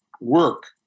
work